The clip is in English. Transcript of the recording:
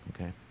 okay